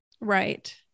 Right